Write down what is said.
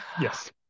Yes